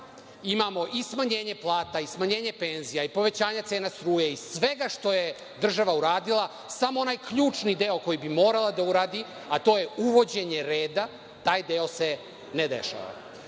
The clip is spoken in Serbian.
imamo i smanjenje plata i smanjenje penzija i povećanje cena struje i svega što je država uradila, samo onaj ključni deo koji bi morala da uradi, a to je uvođenje reda, taj deo se ne dešava. Što